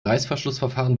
reißverschlussverfahren